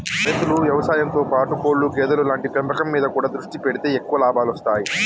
రైతులు వ్యవసాయం తో పాటు కోళ్లు గేదెలు లాంటి పెంపకం మీద కూడా దృష్టి పెడితే ఎక్కువ లాభాలొస్తాయ్